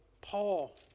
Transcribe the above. Paul